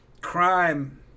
crime